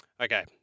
Okay